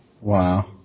Wow